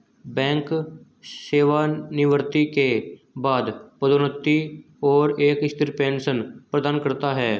bank सेवानिवृत्ति के बाद पदोन्नति और एक स्थिर पेंशन प्रदान करता है